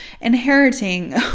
inheriting